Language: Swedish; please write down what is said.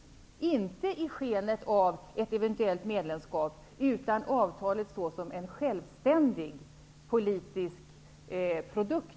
Det skall inte ske i skenet av ett eventuellt medlemskap, utan EES-avtalet skall betraktas som en självständig, politisk produkt.